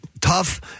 tough